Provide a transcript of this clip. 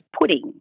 pudding